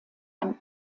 ein